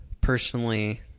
personally